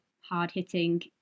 hard-hitting